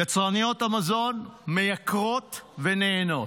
יצרניות המזון מייקרות ונהנות.